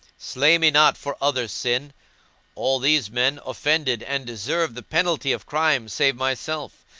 slay me not for other's sin all these men offended and deserve the penalty of crime save myself.